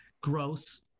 gross